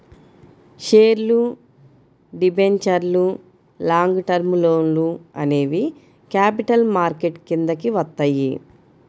షేర్లు, డిబెంచర్లు, long term లోన్లు అనేవి క్యాపిటల్ మార్కెట్ కిందికి వత్తయ్యి